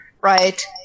right